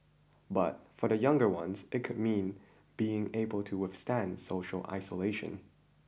but for the younger ones it could mean being able to withstand social isolation